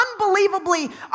unbelievably